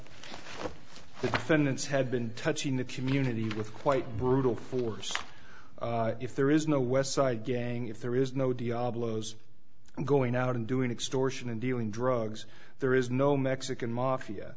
defendants have been touching the community with quite brutal force if there is no west side gang if there is no diablos going out and doing extortion and dealing drugs there is no mexican mafia